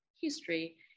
history